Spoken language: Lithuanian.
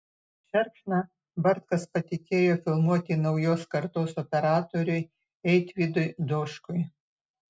šerkšną bartas patikėjo filmuoti naujos kartos operatoriui eitvydui doškui